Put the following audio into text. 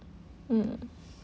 mm